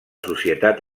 societat